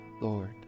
Lord